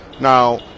Now